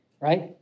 right